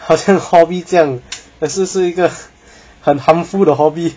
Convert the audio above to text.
好像 hobby 这样可是是一个很 harmful 的 hobby